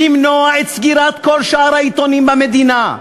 למנוע את סגירת כל שאר העיתונים במדינה,